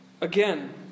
again